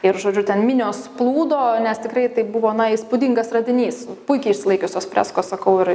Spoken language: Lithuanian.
ir žodžiu ten minios plūdo nes tikrai tai buvo įspūdingas radinys puikiai išsilaikiusios freskos sakau ir